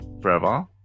forever